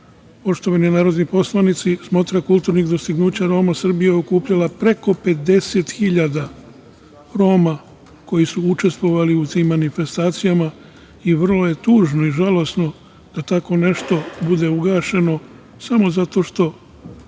sredstva. Poštovani narodni poslanici, Smotra kulturnih dostignuća Roma Srbije je okupljala preko 50.000 Roma, koji su učestvovali u tim manifestacijama i vrlo je tužno i žalosno da tako nešto bude ugašeno samo zato što